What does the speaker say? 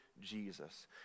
Jesus